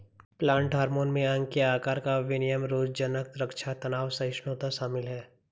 plant hormone में अंग के आकार का विनियमन रोगज़नक़ रक्षा तनाव सहिष्णुता शामिल है